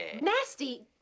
Nasty